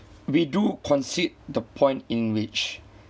we do concede the point in which